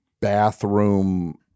bathroom